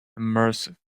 immersive